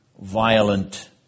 violent